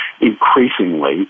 increasingly